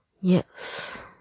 yes